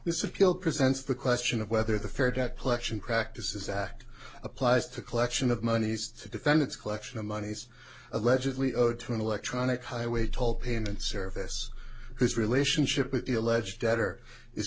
this appeal presents the question of whether the fair debt collection practices act applies to collection of monies to defendants collection of monies allegedly owed to an electronic highway toll payment service whose relationship with the alleged debtor i